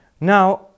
Now